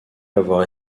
avoir